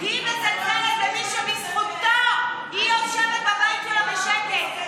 היא מזלזלת במי שבזכותו היא יושבת בבית שלה בשקט.